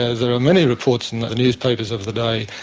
there are many reports in the newspapers of the day,